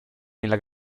nella